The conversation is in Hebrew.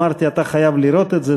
אמרתי: אתה חייב לראות את זה,